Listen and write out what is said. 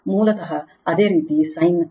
ಮೂಲತಃ ಅದೇ ರೀತಿ sin ∆